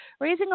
raising